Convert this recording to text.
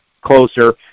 closer